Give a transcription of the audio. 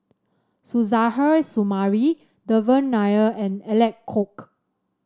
Suzairhe Sumari Devan Nair and Alec Kuok